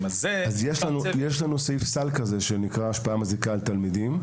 אז יש לנו סעיף סל שנקרא השפעה מזיקה על תלמידים.